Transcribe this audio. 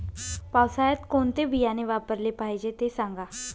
पावसाळ्यात कोणते बियाणे वापरले पाहिजे ते सांगा